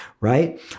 right